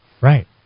Right